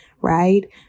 right